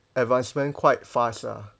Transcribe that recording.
advancement quite fast ah